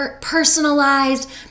personalized